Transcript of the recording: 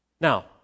Now